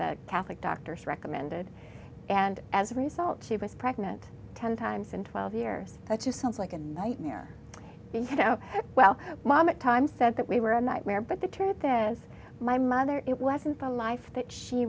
the catholic doctors recommended and as a result she was pregnant ten times in twelve years it just sounds like a nightmare well mom at times said that we were a nightmare but the target that was my mother it wasn't the life that she